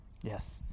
Yes